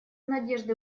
надежды